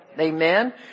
Amen